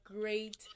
great